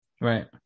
Right